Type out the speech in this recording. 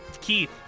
Keith